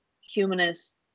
humanist